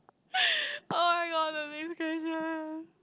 oh my god the next question